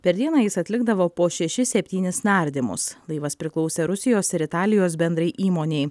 per dieną jis atlikdavo po šešis septynis nardymus laivas priklausė rusijos ir italijos bendrai įmonei